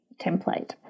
template